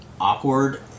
awkward